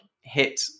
hit